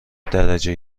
درجه